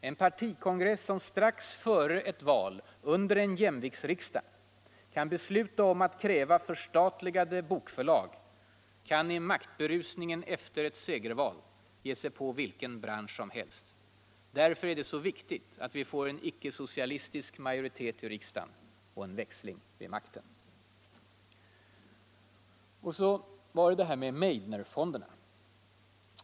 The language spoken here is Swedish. En partikongress som under en jämviktsriksdag och strax före ett val kan besluta att förstatliga bokförlag kan i maktberusningen efter ett segerval ge sig på vilken bransch som helst. Därför är det så viktigt att få en icke-socialistisk majoritet i riksdagen och en växling vid makten. Så var det Meidnerfonderna.